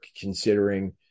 considering –